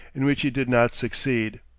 in which he did not succeed.